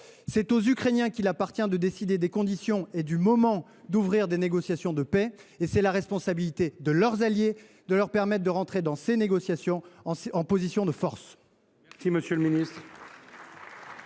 C’est aux Ukrainiens qu’il appartient de décider des conditions et du moment d’ouvrir des négociations de paix, et c’est la responsabilité de leurs alliés de leur permettre d’entrer dans ces négociations en position de force.